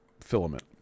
filament